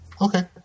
Okay